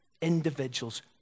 individuals